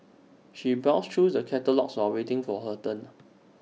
she browsed through the catalogues while waiting for her turn